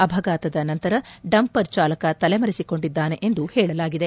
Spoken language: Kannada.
ಅಪಘಾತದ ನಂತರ ಡಂಪರ್ ಚಾಲಕ ತಲೆಮರೆಸಿಕೊಂಡಿದ್ದಾನೆ ಎಂದು ಹೇಳಲಾಗಿದೆ